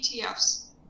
ETFs